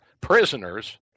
prisoners